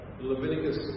Leviticus